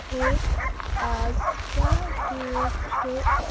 ہے آز کیٛاہ ڈیٹ چھُ